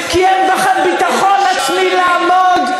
כי אין בכם ביטחון עצמי לעמוד,